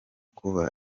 kuba